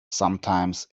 sometimes